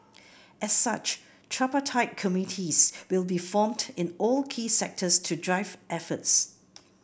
as such tripartite committees will be formed in all key sectors to drive efforts